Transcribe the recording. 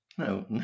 No